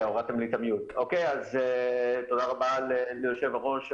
תודה רבה ליושב-ראש הוועדה,